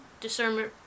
discernment